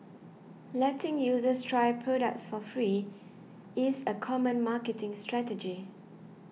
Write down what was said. letting users try products for free is a common marketing strategy